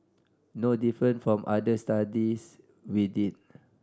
no different from other studies we did